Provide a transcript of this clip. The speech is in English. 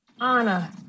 Anna